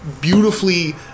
beautifully